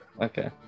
Okay